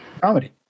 Comedy